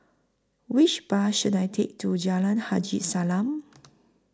Which Bus should I Take to Jalan Haji Salam